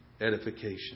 edification